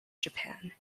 japan